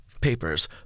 Papers